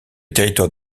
territoire